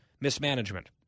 mismanagement